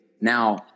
Now